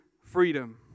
freedom